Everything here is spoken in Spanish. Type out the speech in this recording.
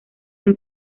han